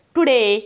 Today